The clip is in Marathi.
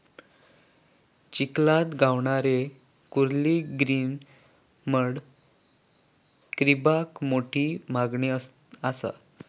चिखलात गावणारे कुर्ले ग्रीन मड क्रॅबाक मोठी मागणी असा